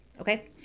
okay